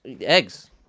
Eggs